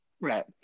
Right